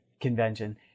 convention